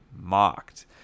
mocked